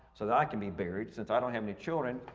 so that i can be buried since i don't have any children,